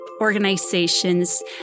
organizations